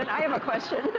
i have a question.